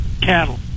cattle